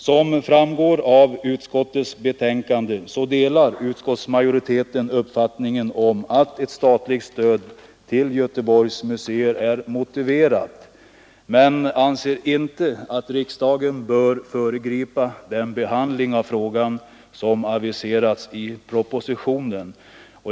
Som framgår av utskottets betänkande delar utskottsmajoriteten uppfattningen att ett statligt stöd till Göteborgs museer är motiverat men anser inte att riksdagen bör föregripa den behandling av frågan som aviserats i propositionen.